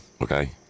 Okay